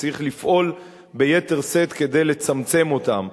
וצריך לפעול ביתר שאת כדי לצמצם אותם,